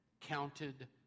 counted